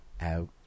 out